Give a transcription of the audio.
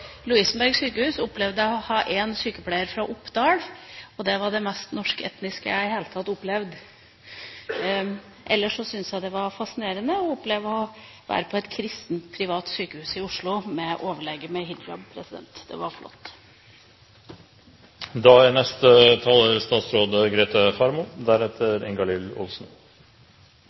Lovisenberg sykehus opplevde jeg å ha én sykepleier fra Oppdal, og det var det mest etnisk norske jeg i det hele tatt opplevde. Ellers syntes jeg det var fascinerende å oppleve å være på et kristent privat sykehus i Oslo med en overlege med hijab. Det var flott.